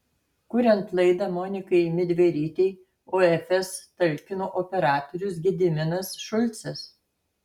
kuriant laidą monikai midverytei ofs talkino operatorius gediminas šulcas